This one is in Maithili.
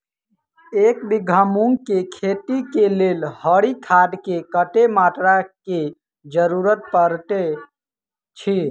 एक बीघा मूंग केँ खेती केँ लेल हरी खाद केँ कत्ते मात्रा केँ जरूरत पड़तै अछि?